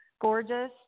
Gorgeous